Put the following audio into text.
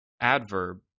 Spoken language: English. adverb